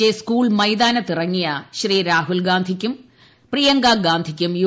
J school മൈതാനത്ത് ഇറങ്ങിയ രാഹുൽ ഗാന്ധിക്കും പ്രിയങ്കാഗാന്ധിക്കും യു